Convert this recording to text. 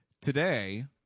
Today